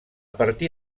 partir